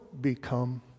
become